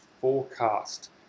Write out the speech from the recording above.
forecast